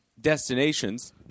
destinations